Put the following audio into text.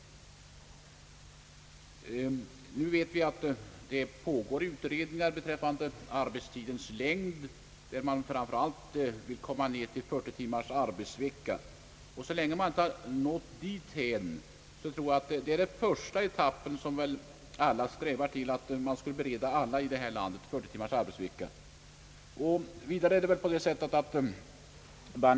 Vi vet att det pågår utredningar beträffande arbetstidens längd. Framför allt vill man komma ner till 40 timmars arbetsvecka, och så länge man inte nått dithän, tror jag att första etappen bör vara att bereda alla i det här landet 40 timmars arbetstid per vecka.